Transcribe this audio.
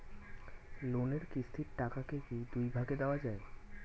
লোনের কিস্তির টাকাকে কি দুই ভাগে দেওয়া যায়?